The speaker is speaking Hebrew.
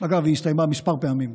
אגב, היא הסתיימה כמה פעמים.